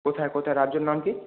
কোথায় কোথায় রাজ্যর নাম কী